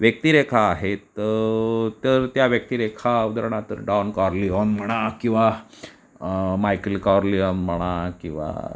व्यक्तिरेखा आहेत तर त्या व्यक्तिरेखा उदरणार्थ डॉन कॉर्लीऑन म्हणा किंवा मायकेल कॉर्लीऑन म्हणा किंवा